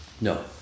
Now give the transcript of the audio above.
No